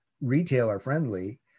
retailer-friendly